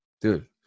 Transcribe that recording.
dude